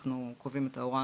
אנחנו קובעים את ההוראה